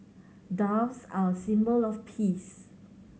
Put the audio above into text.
doves are a symbol of peace